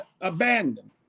abandoned